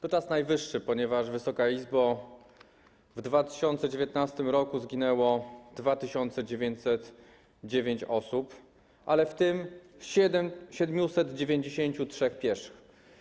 To czas najwyższy, ponieważ, Wysoka Izbo, w 2019 r. zginęło 2909 osób, ale w tym 793 pieszych.